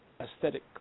aesthetic